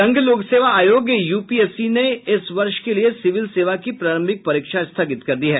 संघ लोक सेवा आयोग यूपीएससी ने इस वर्ष के लिए सिविल सेवा की प्रारंभिक परीक्षा स्थगित कर दी है